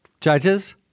Judges